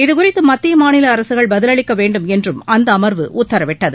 இது குறித்து மத்திய மாநில அரசுகள் பதிலளிக்க வேண்டுமென்றும் அந்த அமர்வு உத்தரவிட்டது